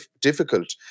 difficult